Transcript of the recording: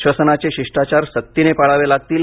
श्वसनाचे शिष्टाचार सक्तीने पाळावे लागतील